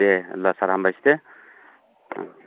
दे होनब्ला सार हामबायसै दे ओम